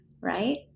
right